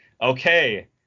okay